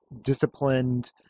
disciplined